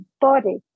body